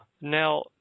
Now